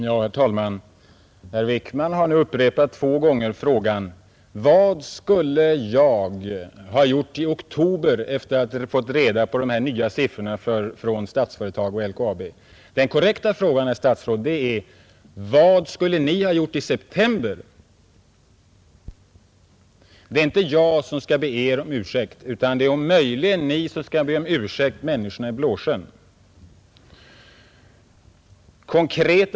Herr talman! Herr Wickman har nu två gånger ställt frågan: Vad skulle jag ha gjort i oktober, sedan jag hade fått reda på de nya siffrorna från Statsföretag och LKAB? Men den korrekta frågan, herr statsråd är: Vad skulle Ni ha gjort i september? Det är inte jag som skall be Er om ursäkt; möjligen är det Ni som skall be människorna i Blåsjön om ursäkt.